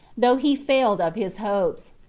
though he failed of his hopes.